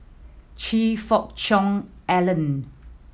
Choe Fook Cheong Alan